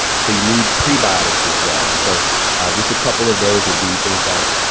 so you need prebiotics as well. and so just a couple of those would be things like